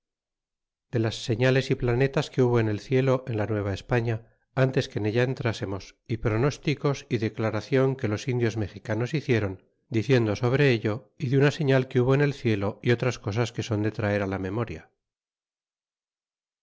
he las seriales é planetas que hubo en el cielo en la nueva espalia intes que en ella entrasemos y pronosticos é declaraclon que los indios mexicanos hicieron diciendo sobre ello y de una sehal que hubo en el cielo y otras cosas que son de traer la memoria